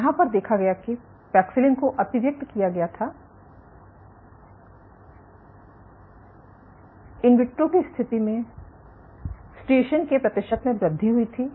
यहाँ पर यह भी देखा गया कि पेक्सिलिन को अतिव्यक्त किया गया था इन विट्रो की स्थिति में स्ट्रिएशन के प्रतिशत में वृद्धि हुई थी